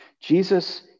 Jesus